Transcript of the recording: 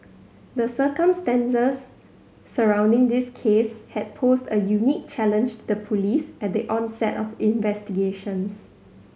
the circumstances surrounding this case had posed a unique challenge to the police at the onset of investigations